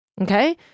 Okay